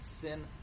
sin